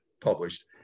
published